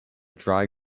dry